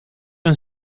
een